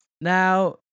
Now